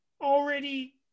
already